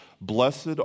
Blessed